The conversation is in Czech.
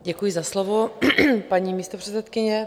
Děkuji za slovo, paní místopředsedkyně.